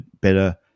better